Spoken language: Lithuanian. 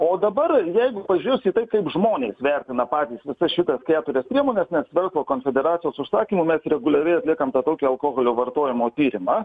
o dabar jeigu pažiūrėjus į tai kaip žmonės vertina patys visas šitas keturias priemones nes verslo konfederacijos užsakymu mes reguliariai atliekam tą tokį alkoholio vartojimo tyrimą